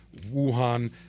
Wuhan